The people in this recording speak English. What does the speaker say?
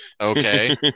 Okay